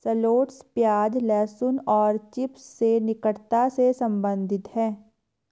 shallots प्याज, लहसुन और चिव्स से निकटता से संबंधित है